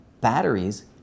batteries